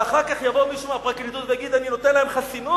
ואחר כך יבוא מישהו מהפרקליטות ויגיד: אני נותן להם חסינות?